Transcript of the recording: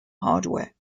hardware